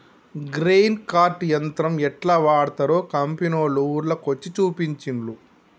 grain cart యంత్రం యెట్లా వాడ్తరో కంపెనోళ్లు ఊర్ల కొచ్చి చూపించిన్లు